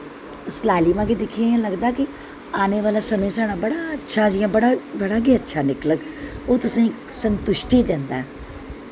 उस लालिमा गी दिक्खियै इ'यां लगदा कि औने आह्ला समें साढ़ा बड़ा अच्छा जि'यां बड़ा गै अच्छा निकलग ओह् तुसेंगी संतुष्टि दिंदा ऐ